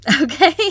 Okay